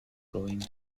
growing